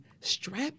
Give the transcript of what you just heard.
strap